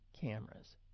cameras